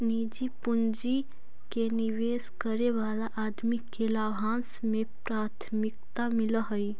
निजी पूंजी के निवेश करे वाला आदमी के लाभांश में प्राथमिकता मिलऽ हई